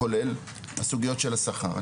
כולל הסוגיות של השכר.